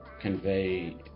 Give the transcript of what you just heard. convey